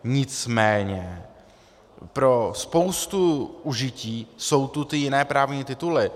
Nicméně pro spoustu užití jsou tu ty jiné právní tituly.